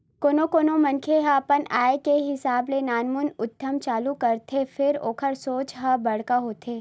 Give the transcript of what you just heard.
कोनो कोनो मनखे ह अपन आय के हिसाब ले नानमुन उद्यम चालू करथे फेर ओखर सोच ह बड़का होथे